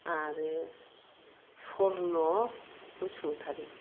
आरो स्वर्न' बसुमातारि